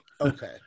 Okay